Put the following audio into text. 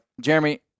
Jeremy